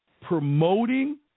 promoting